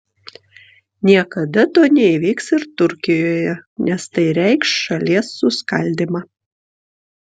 niekada to neįvyks ir turkijoje nes tai reikš šalies suskaldymą